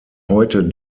heute